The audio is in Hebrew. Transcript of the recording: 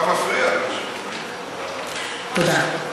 תודה.